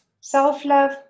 self-love